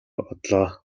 одлоо